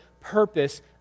purpose